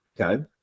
Okay